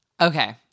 Okay